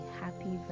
happy